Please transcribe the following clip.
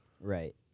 Right